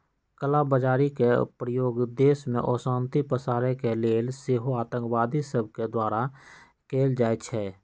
कला बजारी के प्रयोग देश में अशांति पसारे के लेल सेहो आतंकवादि सभके द्वारा कएल जाइ छइ